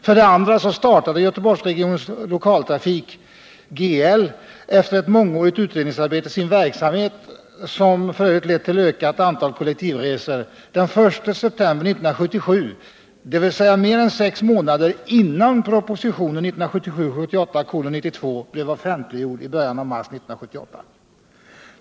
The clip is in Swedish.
För det andra startade Göteborgsregionens Lokaltrafik efter ett mångårigt utredningsarbete sin verksamhet — som f. ö. lett till ett ökat antal kollektivresor— den 1 september 1977, dvs. mer än sex månader innan propositionen 1977/78:92 blev offentliggjord i början av mars 1978.